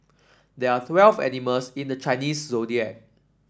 there are twelve animals in the Chinese Zodiac